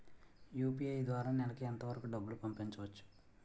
UPI ద్వారా నెలకు ఎంత వరకూ డబ్బులు పంపించవచ్చు?